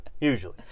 usually